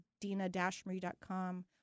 dina-marie.com